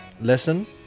lesson